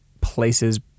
places